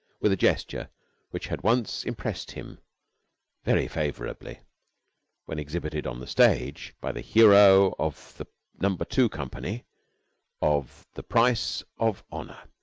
with a gesture which had once impressed him very favorably when exhibited on the stage by the hero of the number two company of the price of honor,